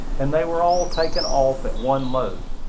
and they were all taken off at one load.